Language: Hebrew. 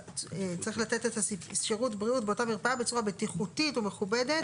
צריך לתת את שירות הבריאות באותה מרפאה בצורה בטיחותית ומכובדת.